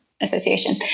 association